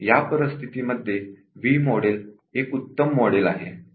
या परिस्थती मध्ये व्ही मॉडेल एक उत्तम मॉडेल आहे